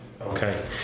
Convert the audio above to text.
Okay